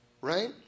Right